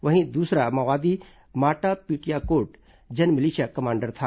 वहीं दूसरा माओवादी माटा पीडियाकोट जनमिलिशिया कमांडर था